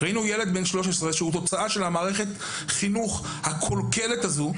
ראינו ילד בן 13 שהוא תוצאה של מערכת החינוך הקלוקלת הזו,